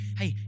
hey